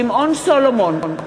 שמעון סולומון,